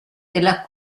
della